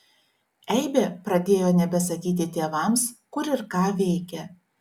eibė pradėjo nebesakyti tėvams kur ir ką veikia